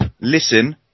listen